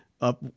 up